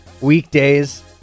weekdays